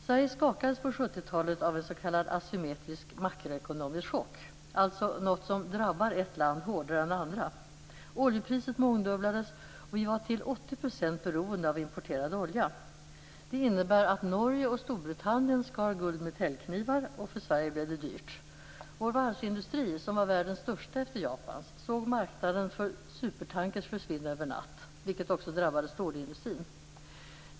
Sverige skakades på 70-talet av en s.k. asymmetrisk makroekonomisk chock, alltså något som drabbar ett land hårdare än andra. Oljepriset mångdubblades, och vi var till 80 % beroende av importerad olja. Det innebar att Norge och Storbritannien skar guld med täljknivar. För Sverige blev det dock dyrt. Vår varvsindustri, som var världens största efter Japans, såg marknaden för supertankrar försvinna över en natt. Detta drabbade också stålindustrin.